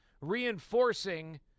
reinforcing